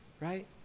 right